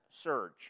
Surge